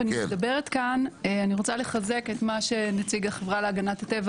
אני רוצה לחזק את מה שנציג החברה להגנת הטבע